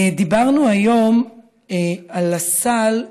דיברנו היום על הסל,